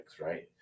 right